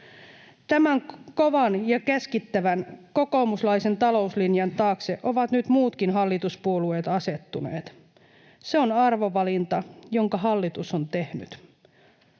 Tämän kovan ja keskittävän kokoomuslaisen talouslinjan taakse ovat nyt muutkin hallituspuolueet asettuneet. Se on arvovalinta, jonka hallitus on tehnyt.